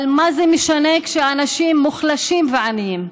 אבל מה זה משנה כשהאנשים מוחלשים ועניים?